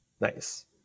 Nice